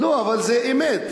לא, אבל זו אמת.